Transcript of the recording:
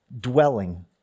dwelling